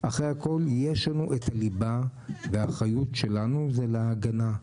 אחרי הכל יש לנו את הליבה והאחריות שלנו זה להגנה,